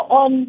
on